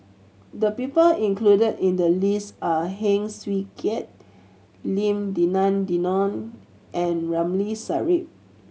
the people included in the list are Heng Swee Keat Lim Denan Denon and Ramli Sarip